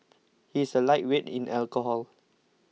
he is a lightweight in alcohol